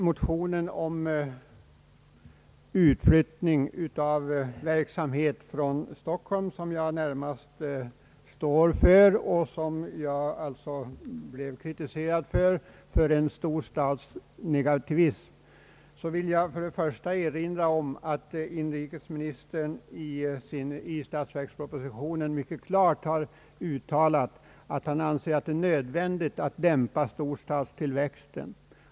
motion som jag närmast står för och beträffande vilken jag alltså blev kritiserad för storstadsnegativism — vill jag först erinra om att inrikesministern i statsverkspropositionen mycket klart har uttalat att han anser det nödvändigt att dämpa storstadstillväxten.